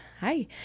Hi